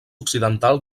occidental